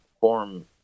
form